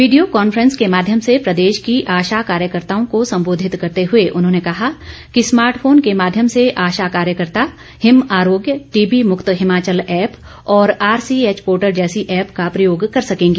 video conference के माध्यम र्से प्रदेश की आशा कार्यकर्ताओं को सम्बोधित करते हुए उन्होंने कहा कि स्मार्ट फोन के माध्यम से आशा कार्यकर्ता हिम आरोग्य टीबी मुक्त हिमाचल ऐप्प और आरसीएच पोर्टल जैसी ऐप्प का प्रयोग कर सकेंगी